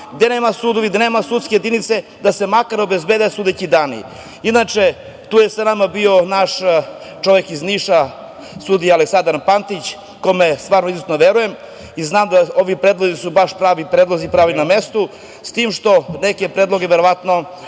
gde nema sudova, gde nema sudske jedinice, makar obezbede sudeći dani. Inače, tu je sa nama bio naš čovek iz Niša, sudija Aleksandar Pantić, kome stvarno izuzetno verujem i znam da su ovi predlozi baš pravi predlozi i na mestu, s tim što će neke predloge verovatno